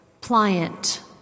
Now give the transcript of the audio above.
pliant